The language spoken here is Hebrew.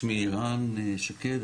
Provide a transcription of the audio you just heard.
שמי ערן שקד,